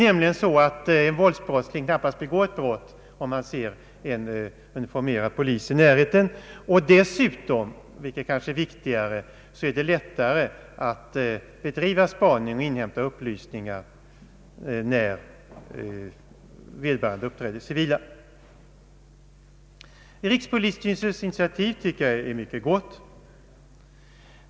Det är nämligen lättare att bedriva spaning och inhämta upplysningar när vederbörande uppträder civil. Jag tycker att rikspolisstyrelsens initiativ är mycket gott.